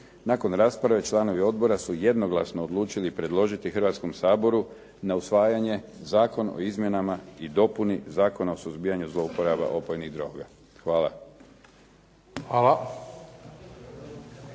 Nakon rasprave članovi odbora su jednoglasno odlučili predložiti Hrvatskom saboru na usvajanje Zakon o izmjenama i dopuni Zakona o suzbijanju zlouporaba opojnih droga. Hvala.